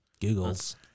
googles